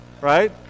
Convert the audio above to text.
right